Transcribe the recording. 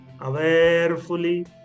awarefully